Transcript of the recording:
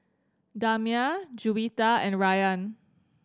Damia Juwita and Rayyan